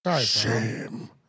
Shame